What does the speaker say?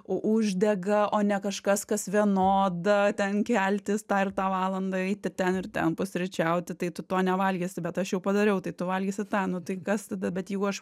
u uždega o ne kažkas kas vienoda ten keltis tą ir tą valandą eiti ten ir ten pusryčiauti tai tu to nevalgysi bet aš jau padariau tai tu valgysi tą nu tai kas tada bet jeigu aš